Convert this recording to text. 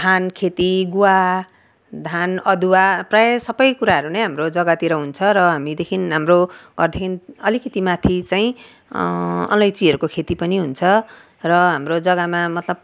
धान खेती गुवा धान अदुवा प्रायः सब कुराहरू नै हाम्रो जगातिर हुन्छ र हामीदेखि हाम्रो घरदेखि अलिकति माथि चाहिँ अलैँचीहरूको खेती पनि हुन्छ र हाम्रो जगामा मतलब